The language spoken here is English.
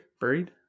Buried